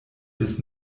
bis